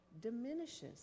diminishes